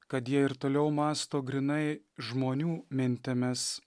kad jie ir toliau mąsto grynai žmonių mintimis